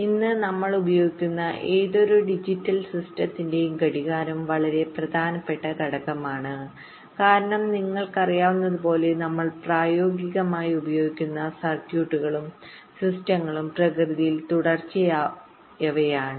ഇന്ന് നമ്മൾ ഉപയോഗിക്കുന്ന ഏതൊരു ഡിജിറ്റൽ സിസ്റ്റത്തിന്റെയും ഘടികാരം വളരെ പ്രധാനപ്പെട്ട ഘടകമാണ് കാരണം നിങ്ങൾക്കറിയാവുന്നതുപോലെ നമ്മൾ പ്രായോഗികമായി ഉപയോഗിക്കുന്ന സർക്യൂട്ടുകളും സിസ്റ്റങ്ങളും പ്രകൃതിയിൽ തുടർച്ചയായവയാണ്